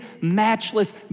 matchless